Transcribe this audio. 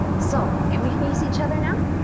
so can we face each other now?